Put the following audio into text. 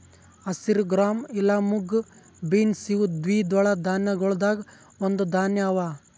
ಹಸಿರು ಗ್ರಾಂ ಇಲಾ mung beans ಇವು ದ್ವಿದಳ ಧಾನ್ಯಗೊಳ್ದಾಂದ್ ಒಂದು ಧಾನ್ಯ ಅವಾ